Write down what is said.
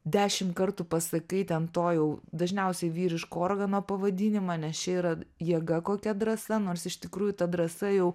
dešim kartų pasakai ten to jau dažniausiai vyriško organo pavadinimą nes čia yra jėga kokia drąsa nors iš tikrųjų ta drąsa jau